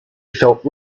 felt